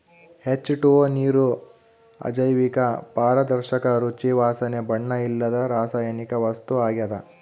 H two O ನೀರು ಅಜೈವಿಕ ಪಾರದರ್ಶಕ ರುಚಿ ವಾಸನೆ ಬಣ್ಣ ಇಲ್ಲದ ರಾಸಾಯನಿಕ ವಸ್ತು ಆಗ್ಯದ